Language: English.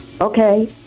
okay